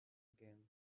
again